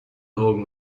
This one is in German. augen